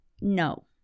no